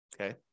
Okay